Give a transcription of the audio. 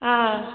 ஆ